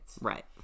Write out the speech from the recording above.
right